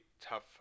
tough